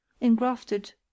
engrafted